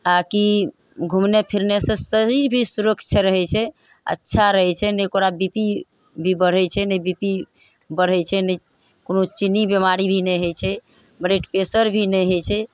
आओर की घुमने फिरनेसँ शरीर भी सुरक्ष रहय छै अच्छा रहय छै ने ओकरा बी पी भी बढ़य छै ने बी पी बढ़य छै ने कोनो चिन्नी बीमारी भी नहि होइ छै ब्लड प्रेशर भी नहि होइ छै